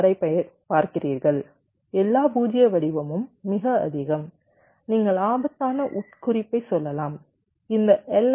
ஆரைப் பார்க்கிறீர்கள் எல்லா 0 வடிவமும் மிக அதிகம் நீங்கள் ஆபத்தான உட்குறிப்பைச் சொல்லலாம் இந்த எல்